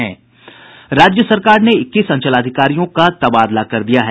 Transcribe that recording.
राज्य सरकार ने इक्कीस अंचलाधिकारियों का तबादला कर दिया है